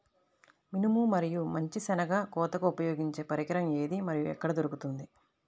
మినుము మరియు మంచి శెనగ కోతకు ఉపయోగించే పరికరం ఏది మరియు ఎక్కడ దొరుకుతుంది?